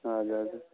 हजुर हजुर